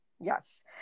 Yes